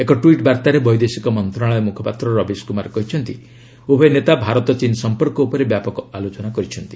ଏକ ଟ୍ୱିଟ୍ ବାର୍ତ୍ତାରେ ବୈଦେଶିକ ମନ୍ତ୍ରଣାଳୟ ମୁଖପାତ୍ର ରବିଶକୁମାର କହିଛନ୍ତି ଉଭୟ ନେତା ଭାରତ ଚୀନ ସଂପର୍କ ଉପରେ ବ୍ୟାପକ ଆଲୋଚନା କରିଛନ୍ତି